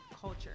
culture